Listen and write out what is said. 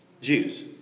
Jews